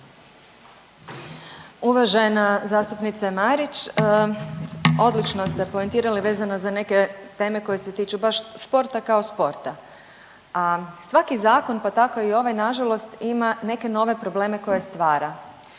Uvažena zastupnice Marić. Odlično ste poentirali vezano za neke teme koje se tiču baš sporta kao sporta, a svaki zakon pa tako i ovaj, nažalost ima neke nove probleme koje stvara.